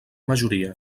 majoria